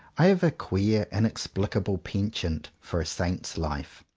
i have a queer inexplicable penchant for a saint's life.